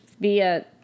via